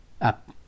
up